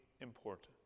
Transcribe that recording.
important